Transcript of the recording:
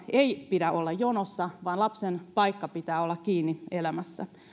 ei pidä olla jonossa vaan lapsen paikan pitää olla kiinni elämässä